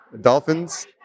Dolphins